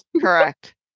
correct